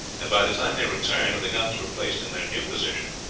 and by the time they returned, the guns were placed in their new position,